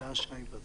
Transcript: הילה וזאן.